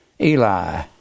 Eli